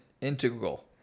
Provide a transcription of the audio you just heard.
integral